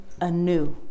anew